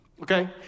Okay